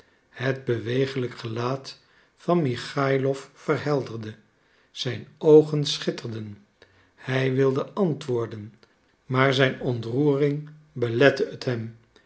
het bewegelijk gelaat van michaïlof verhelderde zijn oogen schitterden hij wilde antwoorden maar zijn ontroering belette het hem